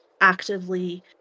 actively